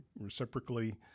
reciprocally